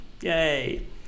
yay